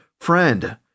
friend